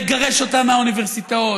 לגרש אותם מהאוניברסיטאות.